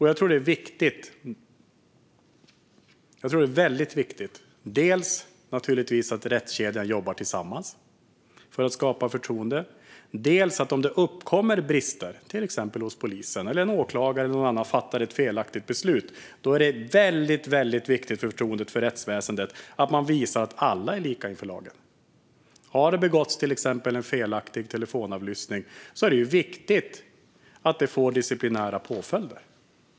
Jag tror att det är väldigt viktigt att rättskedjan jobbar tillsammans för att skapa förtroende, och om det uppkommer brister - till exempel hos polisen eller om en åklagare eller någon annan fattar ett felaktigt beslut - är det viktigt för förtroendet för rättsväsendet att man visar att alla är lika inför lagen. Har det exempelvis skett felaktig telefonavlyssning är det viktigt att det får disciplinära påföljder.